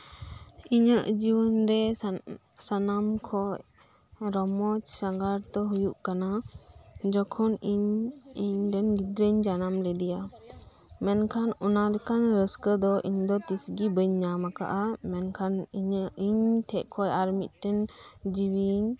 ᱤᱧᱟᱹᱜ ᱡᱤᱭᱟᱹᱱ ᱨᱮ ᱥᱟᱱᱟᱢ ᱠᱷᱚᱡ ᱨᱚᱢᱚᱡ ᱥᱟᱸᱜᱷᱟᱨ ᱫᱚ ᱦᱩᱭᱩᱜ ᱠᱟᱱᱟ ᱡᱚᱠᱷᱚᱱ ᱤᱧ ᱤᱧᱨᱮᱱ ᱜᱤᱫᱨᱟᱹᱧ ᱡᱟᱱᱟᱢ ᱞᱤᱫᱤᱭᱟ ᱢᱮᱱᱠᱷᱟᱱ ᱚᱱᱟᱞᱮᱠᱟᱱ ᱨᱟᱹᱥᱠᱟᱹᱫᱚ ᱛᱤᱥᱜᱤ ᱵᱟᱹᱧ ᱧᱟᱢ ᱟᱠᱟᱫᱟ ᱢᱮᱱᱠᱷᱟᱡ ᱤᱧᱴᱷᱮᱡᱠᱷᱚᱡ ᱟᱨᱢᱤᱫᱴᱮᱱ ᱡᱤᱣᱤᱧ